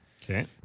Okay